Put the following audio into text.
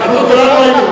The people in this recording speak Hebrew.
לי אתה לא צריך להגיד.